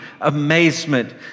amazement